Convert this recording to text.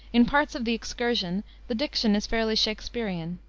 in parts of the excursion the diction is fairly shaksperian.